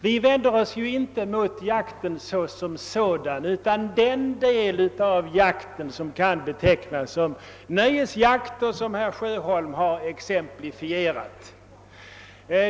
Vi vänder oss ju inte mot jakten såsom sådan utan mot den del av den som kan betecknas som nöjesjakt. och som herr Sjöholm har exemplifierat.